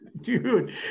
dude